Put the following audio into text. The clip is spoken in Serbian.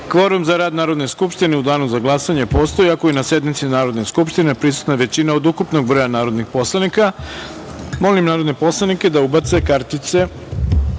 kvorum za rad Narodne skupštine postoji ako je na sednici Narodne skupštine prisutna većina od ukupnog broja narodnih poslanika. Molim narodne poslanike da ubace kartice